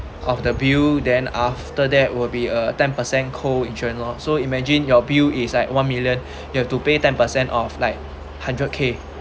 of the bill then after that will be a ten percent co insurance lor so imagine your bill is like one million you have to pay ten percent of like hundred K